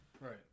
Right